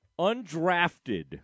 undrafted